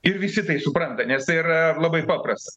ir visi tai supranta nes tai yra labai paprasta